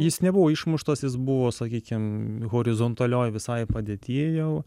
jis nebuvo išmuštas jis buvo sakykim horizontalioj visai padėty jau